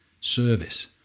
service